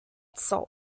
salt